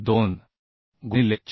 2 गुणिले 488